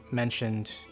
mentioned